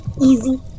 easy